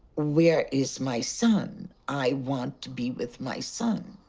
where is my son? i want to be with my son.